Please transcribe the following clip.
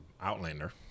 Outlander